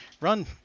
run